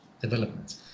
developments